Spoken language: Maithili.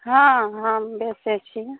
हँ हम बेचै छिए